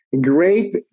great